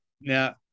Now